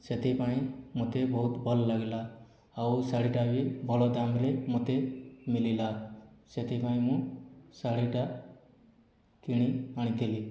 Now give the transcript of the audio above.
ସେଥିପାଇଁ ମୋତେ ବହୁତ ଭଲ ଲାଗିଲା ଆଉ ଶାଢ଼ୀଟା ବି ଭଲ ଦାମ୍ରେ ମୋତେ ମିଳିଲା ସେଥିପାଇଁ ମୁଁ ଶାଢ଼ୀଟା କିଣି ଆଣିଥିଲି